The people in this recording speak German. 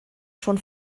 schon